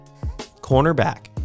cornerback